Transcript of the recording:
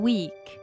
Week